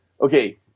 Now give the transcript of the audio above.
Okay